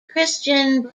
christian